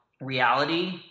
reality